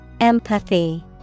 Empathy